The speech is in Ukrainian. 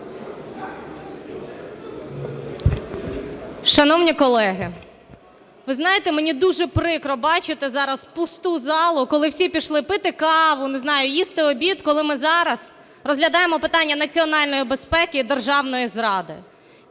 Шановні колеги, ви знаєте, мені дуже прикро бачити зараз пусту залу, коли всі пішли пити каву, не знаю, їсти обід, коли ми зараз розглядаємо питання національної безпеки, державної зради.